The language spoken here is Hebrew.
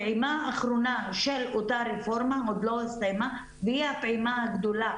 הפעימה האחרונה של אותה רפורמה עדיין לא הסתימה והיא הפעימה הגדולה